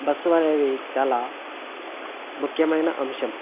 bus అనేది చాలా ముఖ్యమైన అంశం